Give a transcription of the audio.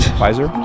Pfizer